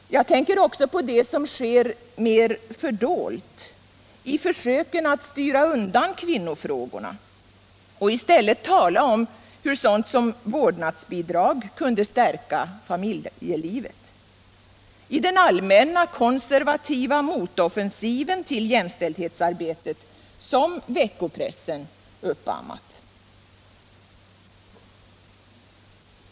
Jag tänker också på det som sker mer fördolt — i försöken att stuva undan kvinnofrågorna och i stället tala om hur just sådant som vårdnadsbidrag kunde stärka familjelivet, i den allmänna konservativa motoffensiven till jämställdhetsarbetet som veckopressen har uppammat.